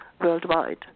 worldwide